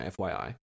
FYI